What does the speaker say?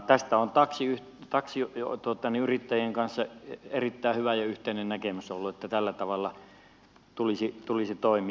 tästä on taksiyrittäjien kanssa erittäin hyvä ja yhteinen näkemys ollut että tällä tavalla tulisi toimia